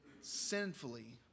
sinfully